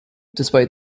despite